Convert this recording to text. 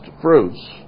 fruits